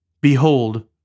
Behold